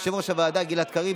יושב-ראש הוועדה גלעד קריב,